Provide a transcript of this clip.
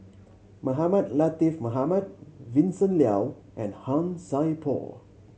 Mohamed Latiff Mohamed Vincent Leow and Han Sai Por